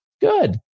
Good